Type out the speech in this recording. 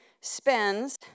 spends